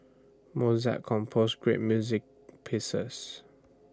Mozart composed great music pieces